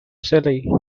silly